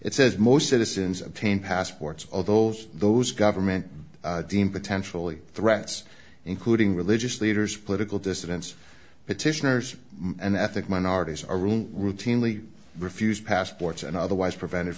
it says most citizens obtain passports all those those government deemed potentially threats including religious leaders political dissidents petitioners and ethnic minorities are ruled routinely refused passports and otherwise prevented